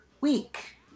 week